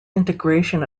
integration